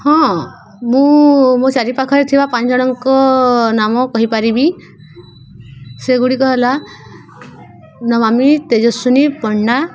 ହଁ ମୁଁ ମୋ ଚାରିପାଖରେ ଥିବା ପାଞ୍ଚ ଜଣଙ୍କ ନାମ କହିପାରିବି ସେଗୁଡ଼ିକ ହେଲା ନମାମୀ ତେଜସ୍ଵନୀ ପଣ୍ଡା